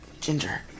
Ginger